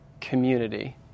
Community